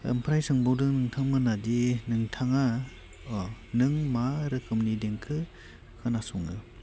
ओमफ्राय सोंबावदों नोंथांमोनहादि नोंथाङा ओ नों मा रोखोमनि देंखो खोनासङो